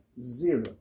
zero